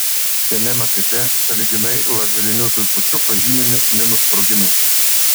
šiame makete sąlyginai lazeriniu zuikučiu pažymimi minų sprogimai